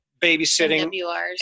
babysitting